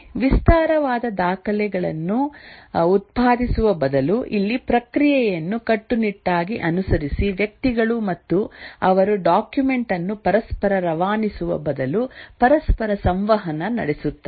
ವಿಸ್ತಾರವಾದ ದಾಖಲೆಗಳನ್ನು ಉತ್ಪಾದಿಸುವ ಬದಲು ಇಲ್ಲಿ ಪ್ರಕ್ರಿಯೆಯನ್ನು ಕಟ್ಟುನಿಟ್ಟಾಗಿ ಅನುಸರಿಸಿ ವ್ಯಕ್ತಿಗಳು ಮತ್ತು ಅವರು ಡಾಕ್ಯುಮೆಂಟ್ ಅನ್ನು ಪರಸ್ಪರ ರವಾನಿಸುವ ಬದಲು ಪರಸ್ಪರ ಸಂವಹನ ನಡೆಸುತ್ತಾರೆ